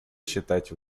считать